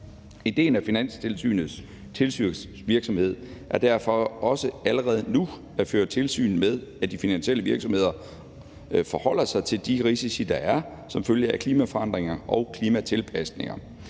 Idéen med Finanstilsynets tilsynsvirksomhed er derfor også allerede nu at føre tilsyn med, at de finansielle virksomheder forholder sig til de risici, der er som følge af klimaforandringer og klimatilpasninger.